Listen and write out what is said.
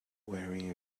wearing